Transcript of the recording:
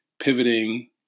pivoting